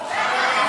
(תיקון מס'